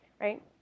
right